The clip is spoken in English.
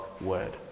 word